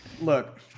look